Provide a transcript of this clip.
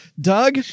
Doug